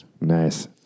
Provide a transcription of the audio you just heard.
Nice